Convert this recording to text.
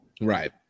Right